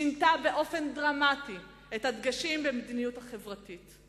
שינתה באופן דרמטי את הדגשים במדיניות החברתית,